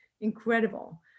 incredible